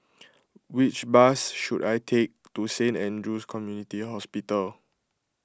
which bus should I take to Saint andrew's Community Hospital